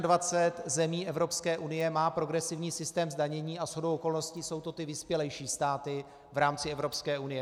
21 zemí Evropské unie má progresivní systém zdanění a shodou okolností jsou to ty vyspělejší státy v rámci Evropské unie.